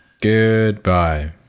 Goodbye